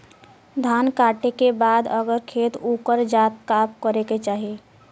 धान कांटेके बाद अगर खेत उकर जात का करे के चाही?